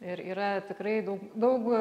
ir yra tikrai daug daug